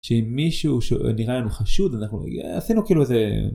שמישהו שנראה לנו חשוד אנחנו עשינו כאילו איזה.